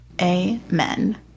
Amen